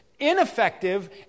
ineffective